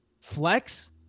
flex